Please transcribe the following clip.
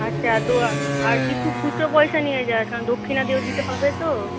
আচ্ছা আর দোয়া আর কিছু খুচরো পয়সা নিয়ে যাস কারণ দক্ষিণা দিতে হবে তো